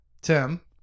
Tim